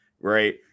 right